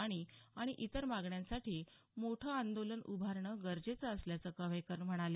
पाणी आणि इतर मागण्यांसाठी मोठं आंदोलन उभारणं गरजेचं असल्याचं कव्हेकर म्हणाले